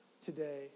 today